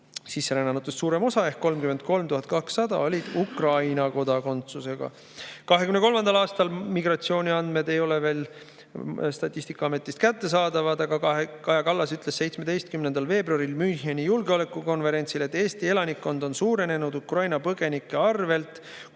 Sisserännanutest suurem osa ehk 33 200 olid Ukraina kodakondsusega.2023. aasta migratsiooniandmed ei ole Statistikaametist veel kättesaadavad, aga Kaja Kallas ütles 17. veebruaril Müncheni julgeolekukonverentsil, et Eesti elanikkond on Ukraina põgenike võrra